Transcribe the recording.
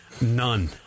None